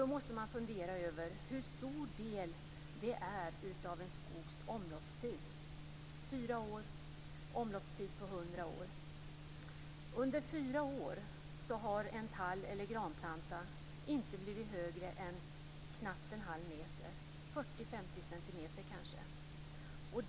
Då måste man fundera över hur stor del de fyra åren utgör av en skogs omloppstid, som är hundra år. Under fyra år har en tall eller granplanta inte blivit högre än knappt en halv meter, kanske 40-50 centimeter.